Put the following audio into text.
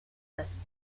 است